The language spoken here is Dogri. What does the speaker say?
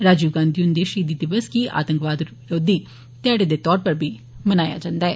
राजीव गांधी हुंदे शहीदी दिवस गी आतंकवाद विरोधी ध्याड़े दे तौर पर बी मनाया जंदा ऐ